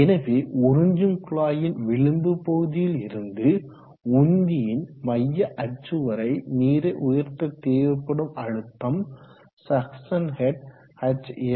எனவே உறிஞ்சும் குழாயின் விளிம்பு பகுதியில் இருந்து உந்தியின் மைய அச்சு வரை நீரை உயர்த்த தேவைப்படும் அழுத்தம் சக்சன் ஹெட் hs